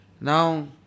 Now